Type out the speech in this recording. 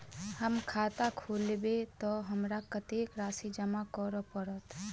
हम खाता खोलेबै तऽ हमरा कत्तेक राशि जमा करऽ पड़त?